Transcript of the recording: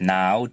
now